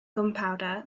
gunpowder